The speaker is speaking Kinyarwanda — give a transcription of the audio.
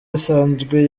isanzwe